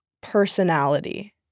personality